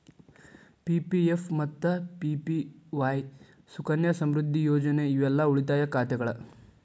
PPF ಮತ್ತ APY Sukanya Samriddhi Yojana ಇವೆಲ್ಲಾ ಉಳಿತಾಯ ಖಾತೆಗಳ